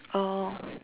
oh